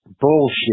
Bullshit